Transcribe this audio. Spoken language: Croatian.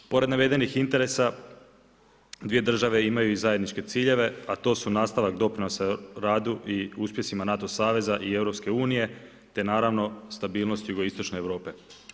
Pred navedenih interesa, dvije države imaju i zajedničke ciljeve, a to su nastavak doprinosu radu i uspjesima NATO saveza i EU, te naravno stabilnost jugoistočne Europe.